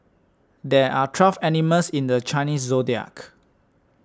there are twelve animals in the Chinese zodiac